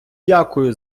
дякую